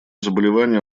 заболевания